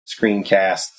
screencasts